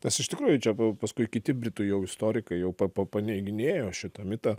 nes iš tikrųjų čia p paskui kiti britų jau istorikai jau pa pa paneiginėjo šitą mitą